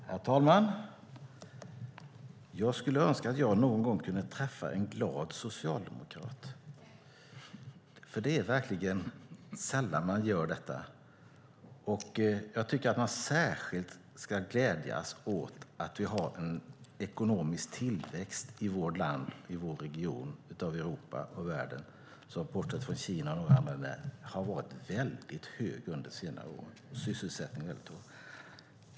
Herr talman! Jag önskar att jag någon gång kunde träffa en glad socialdemokrat, för det är verkligen sällan jag gör det. Jag tycker att man särskilt ska glädjas åt att vi har en ekonomisk tillväxt i vårt land, i vår region av Europa och världen - bortsett från Kina och några andra länder - som har varit väldigt hög under senare år. Sysselsättningen är hög.